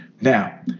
Now